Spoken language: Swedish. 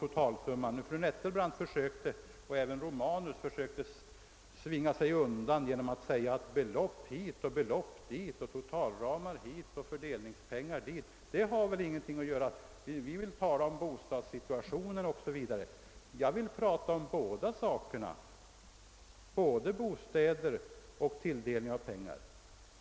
Fru Nettelbrandt och även herr Romanus försökte slingra sig undan med vändningar som belopp hit och belopp dit, totalramar hit och fördelningsramar dit — det har inte med saken att göra. Vad ni vill tala om är bostadssituationen säger ni. Jag vill tala om både bostäder och tilldelning av pengar.